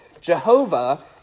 Jehovah